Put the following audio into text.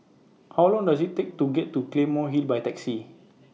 How Long Does IT Take to get to Claymore Hill By Taxi